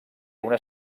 una